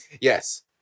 Yes